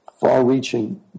far-reaching